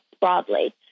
broadly